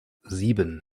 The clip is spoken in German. sieben